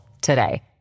today